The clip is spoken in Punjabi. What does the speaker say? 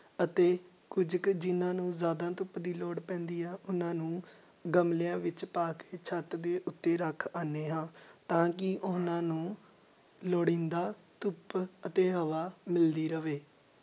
ਅਤੇ ਕੁਝ ਕੁ ਜਿਹਨਾਂ ਨੂੰ ਜ਼ਿਆਦਾ ਧੁੱਪ ਦੀ ਲੋੜ ਪੈਂਦੀ ਆ ਉਹਨਾਂ ਨੂੰ ਗਮਲਿਆਂ ਵਿੱਚ ਪਾ ਕੇ ਛੱਤ ਦੇ ਉੱਤੇ ਰੱਖ ਆਨੇ ਹਾਂ ਤਾਂ ਕਿ ਉਹਨਾਂ ਨੂੰ ਲੋੜੀਂਦਾ ਧੁੱਪ ਅਤੇ ਹਵਾ ਮਿਲਦੀ ਰਹੇ